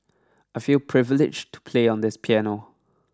I feel privileged to play on this piano